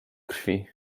krwi